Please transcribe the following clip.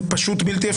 זה פשוט בלתי אפשרי.